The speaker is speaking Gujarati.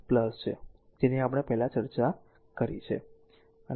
જેની આપણે પહેલા ચર્ચા કરી છે